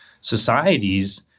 societies